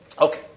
Okay